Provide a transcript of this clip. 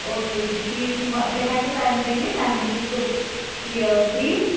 او کے okay ٹھیٖک چھُ ما بہٕ ہٮ۪کہٕ تَمہِ دۄہ یِتھ تَمہِ دۄہ چھَس بہٕ یہِ فرٛی